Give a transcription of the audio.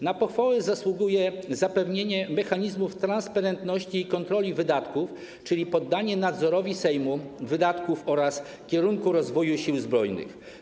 Na pochwałę zasługuje zapewnienie mechanizmów transparentności i kontroli wydatków, czyli poddanie nadzorowi Sejmu wydatków oraz kierunku rozwoju Sił Zbrojnych.